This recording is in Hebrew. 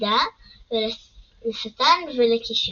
סגידה לשטן ולכישוף,